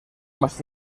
más